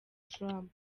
trump